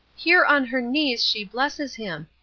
here on her knees she blesses him.